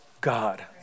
God